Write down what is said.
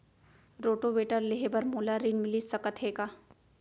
Rotavator लेहे बर मोला ऋण मिलिस सकत हे का?